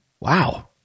Wow